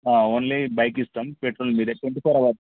only bike ఇస్తాం petrol మీదే twenty four hours